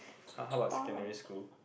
!huh! how about secondary school